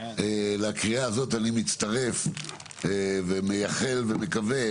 לקריאה הזאת אני מצטרף ומייחל ומקווה